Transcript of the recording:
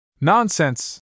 Nonsense